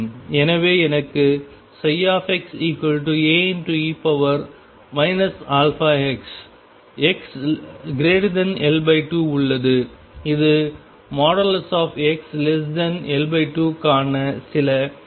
எனவே எனக்கு xA e αx xL2 உள்ளது இது xL2க்கான சில Csin βx க்கு சமம்